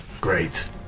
great